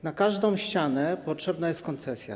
Na każdą ścianę potrzebna jest koncesja.